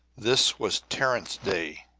this was tarrant's day,